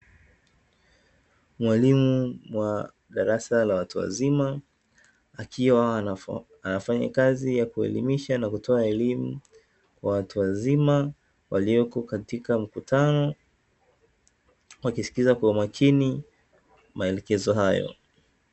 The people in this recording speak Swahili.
Mwalimu wa darasa la watu wazima akiwa anafanya kazi ya kuelimisha na kutoa elimu kwa watu wazima waliopo katika mkutano wakiskiliza kwa umakini maelekezo hayo.